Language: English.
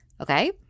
okay